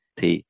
Thì